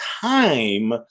time